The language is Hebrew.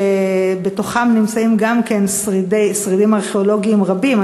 שגם בתוכן נמצאים שרידים ארכיאולוגיים רבים.